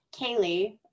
Kaylee